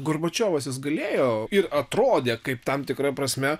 gorbačiovas jis gulėjo ir atrodė kaip tam tikra prasme